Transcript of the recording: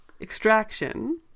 extraction